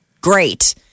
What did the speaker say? great